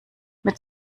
mit